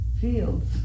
fields